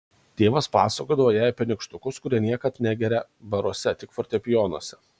tėvas pasakodavo jai apie nykštukus kurie niekad negerią baruose tik fortepijonuose